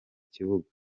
kibuga